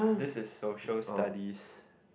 this is social studies